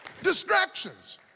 Distractions